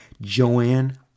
Joanne